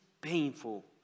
painful